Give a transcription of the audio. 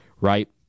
right